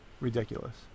ridiculous